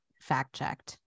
fact-checked